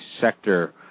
sector